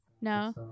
No